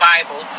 Bible